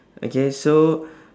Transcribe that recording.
okay so